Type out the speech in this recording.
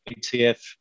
ETF